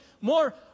more